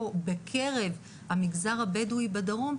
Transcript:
או בקרב המגזר הבדואי בדרום,